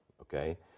okay